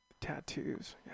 Tattoos